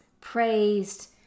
praised